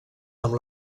amb